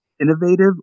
innovative